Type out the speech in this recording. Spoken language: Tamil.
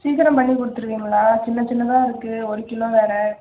சீக்கிரம் பண்ணிக் கொடுத்துருவீங்களா சின்ன சின்னதாக இருக்குது ஒரு கிலோ வேறு